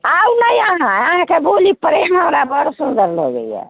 आउ ने इहाँ अहाँकेँ बोली प्रेम हमरा बड़ सुन्दर लगैए